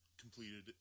completed